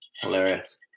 hilarious